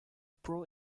pro